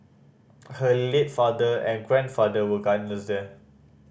her late father and grandfather were gardeners there